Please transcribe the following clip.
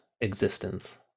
existence